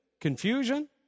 Confusion